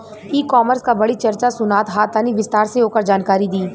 ई कॉमर्स क बड़ी चर्चा सुनात ह तनि विस्तार से ओकर जानकारी दी?